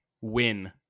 win